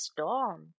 Storm